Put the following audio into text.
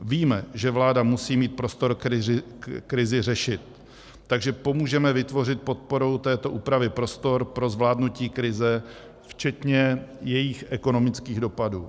Víme, že vláda musí mít prostor krizi řešit, takže pomůžeme vytvořit podporou této úpravy prostor pro zvládnutí krize včetně jejích ekonomických dopadů.